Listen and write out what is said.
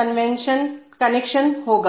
connection होगा